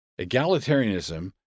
egalitarianism